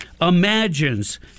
imagines